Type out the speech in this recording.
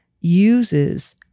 uses